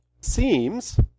Seems